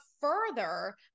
further